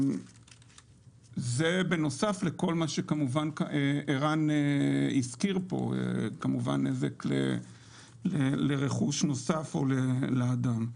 וזה בנוסף לכל מה שערן כמובן הזכיר פה לגבי נזק לרכוש נוסף או לאדם.